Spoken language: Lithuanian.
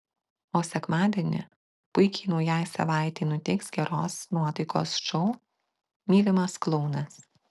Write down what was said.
o sekmadienį puikiai naujai savaitei nuteiks geros nuotaikos šou mylimas klounas